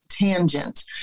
tangent